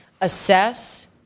assess